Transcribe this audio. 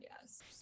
yes